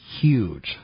huge